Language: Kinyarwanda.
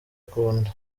akunda